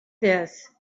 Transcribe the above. this